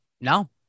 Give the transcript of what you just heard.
No